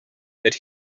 that